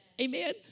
Amen